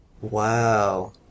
Wow